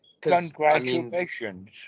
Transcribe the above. Congratulations